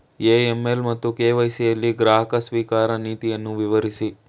AML ಮತ್ತು KYC ಯಲ್ಲಿ ಗ್ರಾಹಕ ಸ್ವೀಕಾರ ನೀತಿಯನ್ನು ವಿವರಿಸಿ?